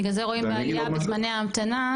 לכן רואים בעלייה בזמני המתנה,